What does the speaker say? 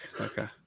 Okay